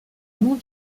non